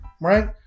right